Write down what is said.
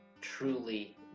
truly